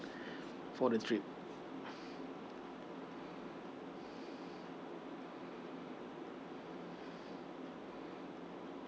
for the trip